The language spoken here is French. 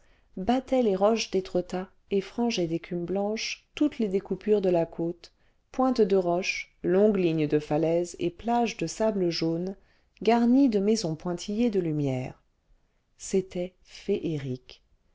battait les roches d'étretat et frangeait d'écume blanche toutes les découpures de la côte pointes de roches longues lignes de falaises et plages de sable jaune garnies de maisons pointillées de lumières c'était féerique